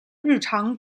日常